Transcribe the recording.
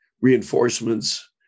reinforcements